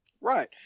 Right